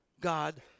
God